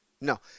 No